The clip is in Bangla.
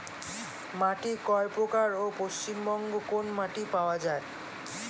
মাটি কয় প্রকার ও পশ্চিমবঙ্গ কোন মাটি পাওয়া য়ায়?